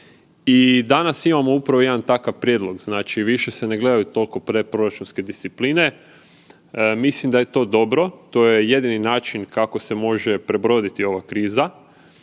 i danas imao upravo jedan takav prijedlog, znači više se ne gledaju toliko predproračunske discipline, mislim da je to dobro, to je jedini način kako se može prebroditi ova kriza.